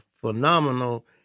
phenomenal